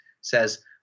says